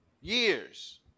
Years